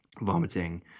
vomiting